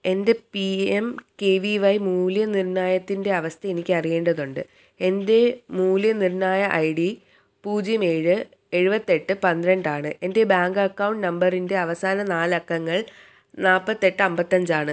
എൻ്റെ P M K V Y മൂല്യനിർണ്ണയത്തിൻ്റെ അവസ്ഥ എനിക്ക് അറിയേണ്ടതുണ്ട് എൻ്റെ മൂല്യനിർണ്ണയ ഐ ഡി പൂജ്യം ഏഴ് ഏഴുപത്തി ഏട്ട് പന്ത്രണ്ടാണ് ആണ് എൻ്റെ ബാങ്ക് അക്കൌണ്ട് നമ്പറിൻ്റെ അവസാന നാല് അക്കങ്ങൾ നാൽപ്പത്തെട്ട് അൻപത്തഞ്ചാണ്